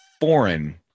foreign